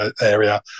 area